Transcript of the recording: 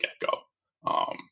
get-go